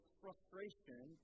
frustration